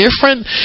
different